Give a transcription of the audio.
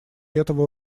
этого